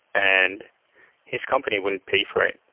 and his company wouldn't pay for it,